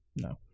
no